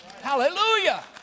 Hallelujah